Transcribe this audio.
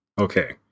okay